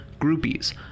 groupies